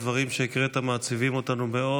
הדברים שהקראת מעציבים אותנו מאוד,